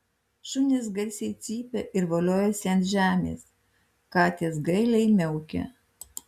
šunys garsiai cypia ir voliojasi ant žemės katės gailiai miaukia